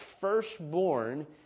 firstborn